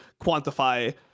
quantify